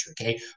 Okay